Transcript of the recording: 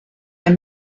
der